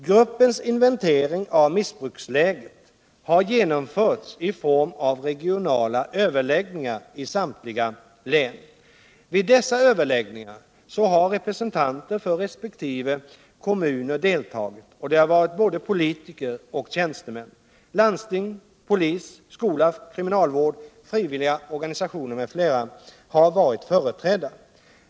Gruppens inventering av missbruksläget har genomförts i form av regionala överläggningar i samtliga län. Vid dessa överläggningar har representanter för resp. kommuner deltagit — och det har varit både politiker och tjänstemän. Landsting, polis, skola, kriminalvård, frivilliga organisationer m.fl. har varit företrädda.